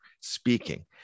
speaking